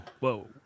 Whoa